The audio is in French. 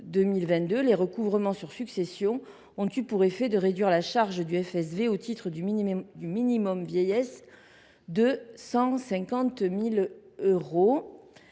les recouvrements sur succession ont eu pour effet de réduire sa charge au titre du minimum vieillesse de 150 millions